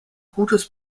gutes